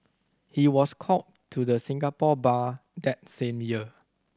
he was called to the Singapore Bar that same year